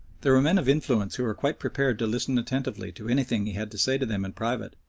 there were men of influence who were quite prepared to listen attentively to anything he had to say to them in private,